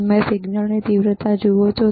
તમે સિગ્નલની તીવ્રતા જુઓ છો